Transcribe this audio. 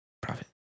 profit